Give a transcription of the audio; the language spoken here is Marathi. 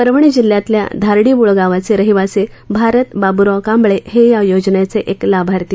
परभणी जिल्ह्यातल्या धारडीबोळ गावाचे रहिवासी भारत बाब्राव कांबळे हे या योजनेचे एक लाभार्थी